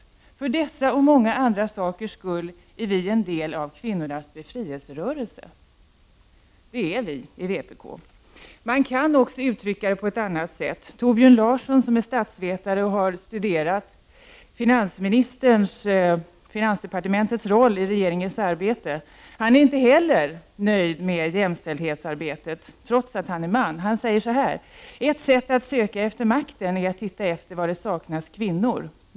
För dessa och många andra sakers skull är vi en del av kvinnornas befrielserörelse.” Det är vi i vpk. Man kan också uttrycka det på ett annat sätt. Torbjörn Larsson, som är statsvetare och har studerat finansdepartementets roll i regeringens arbete, är inte heller nöjd med jämställdhetsarbetet, trots att han är man. Han säger följande: ”Ett sätt att söka efter makten är att titta efter var det saknas kvinnor.